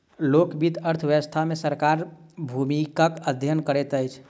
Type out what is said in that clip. लोक वित्त अर्थ व्यवस्था मे सरकारक भूमिकाक अध्ययन करैत अछि